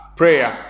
prayer